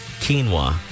Quinoa